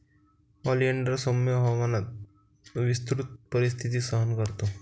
oleander सौम्य हवामानात विस्तृत परिस्थिती सहन करतो